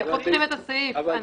ופותחים את הסעיף.